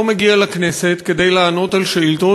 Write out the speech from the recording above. לא מגיע לכנסת כדי לענות על שאילתות.